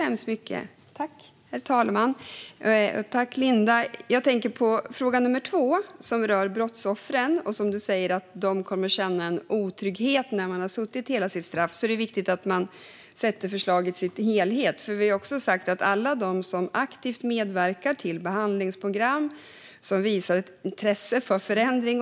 Herr talman! Tack, Linda! Jag tänker på fråga två, som rör brottsoffren. Du säger att de kommer att känna otrygghet. Det är viktigt att titta på förslaget i sin helhet. Vi tar också upp alla som aktivt medverkar i behandlingsprogram och visar intresse för förändringar.